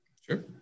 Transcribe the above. Sure